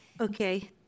Okay